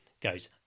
goes